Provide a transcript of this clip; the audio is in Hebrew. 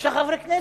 שישה חברי כנסת,